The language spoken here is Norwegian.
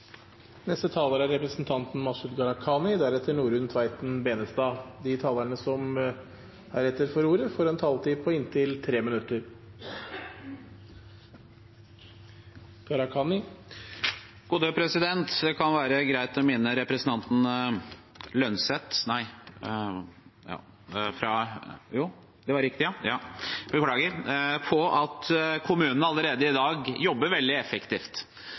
De talere som heretter får ordet, har en taletid på inntil 3 minutter. Det kan være greit å minne representanten Holm Lønseth på at kommunene allerede i dag jobber veldig effektivt. Men hvis Høyres svar til de ansatte er at